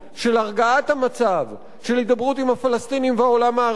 של הידברות עם הפלסטינים והעולם הערבי כדי להוריד את אותן